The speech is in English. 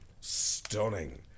stunning